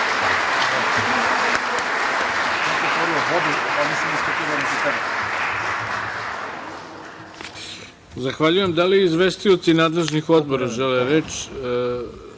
Zahvaljujem. Da li izvestioci nadležnih odbora žele reč? Kad